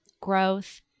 growth